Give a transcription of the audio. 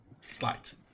Slight